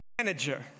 manager